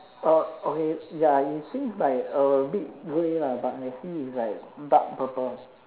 uh okay ya it seems like a bit grey lah but I see it's like dark purple